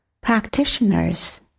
Practitioners